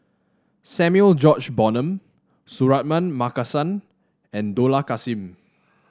Samuel George Bonham Suratman Markasan and Dollah Kassim